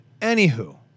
anywho